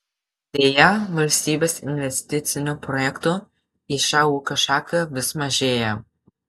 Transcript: deja valstybės investicinių projektų į šią ūkio šaką vis mažėja